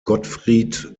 gottfried